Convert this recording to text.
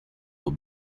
were